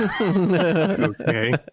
Okay